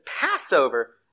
Passover